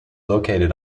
located